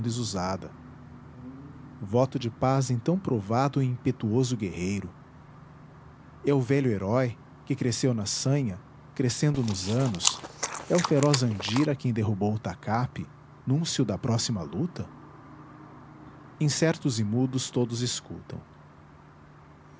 desusada voto de paz em tão provado e impetuoso guerreiro é o velho herói que cresceu na sanha crescendo nos anos é o feroz andira quem derrubou o tacape núncio da próxima luta incertos e mudos todos escutam